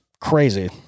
crazy